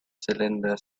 cylinder